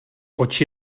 oči